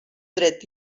dret